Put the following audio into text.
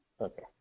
Okay